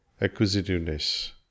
acquisitiveness